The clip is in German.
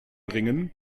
bringen